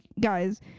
Guys